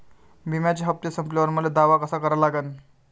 बिम्याचे हप्ते संपल्यावर मले दावा कसा करा लागन?